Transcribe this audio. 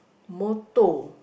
motto